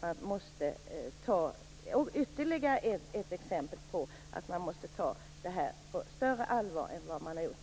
Det är ytterligare ett exempel på att man måste ta det här på större allvar än man tidigare har gjort.